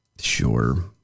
Sure